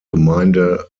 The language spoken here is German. gemeinde